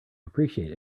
appreciate